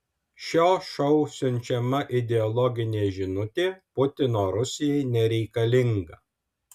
šio šou siunčiama ideologinė žinutė putino rusijai nereikalinga